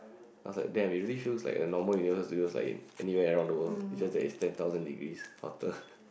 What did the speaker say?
I was like damn it really feels like a normal Universal-Studios like in at anywhere in the world just that it is ten thousand degrees hotter